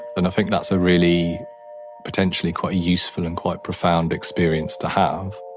and i think that's a really potentially quite useful and quite profound experience to have.